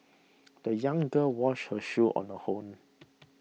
the young girl washed her shoes on her own